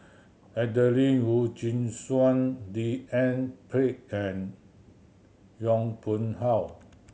Adelene Wee Chin Suan D N Pritt and Yong Pung How